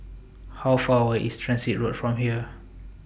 How Far away IS Transit Road from here